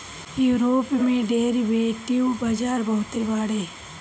Europe में derivative बाजार बहुते बाटे